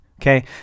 Okay